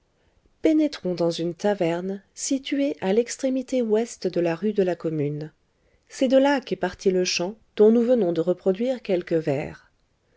pénétrons dans une taverne située à l'extrémité ouest de la rue de la commune c'est de là qu'est parti le chant dont nous venons de reproduire quelques vers